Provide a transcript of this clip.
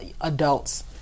adults